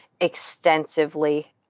extensively